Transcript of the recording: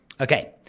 Okay